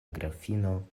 grafino